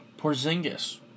Porzingis